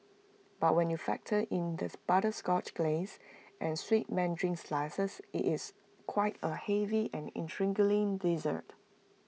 but when you factor in this butterscotch glace and sweet Mandarin slices IT is quite A heavy and intriguing dessert